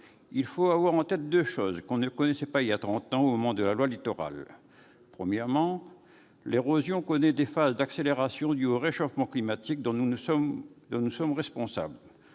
il faut avoir en tête deux choses que l'on ne connaissait pas il y a trente ans au moment de la loi Littoral. Premièrement, l'érosion connaît des phases d'accélération dues au réchauffement climatique dont nous sommes responsables.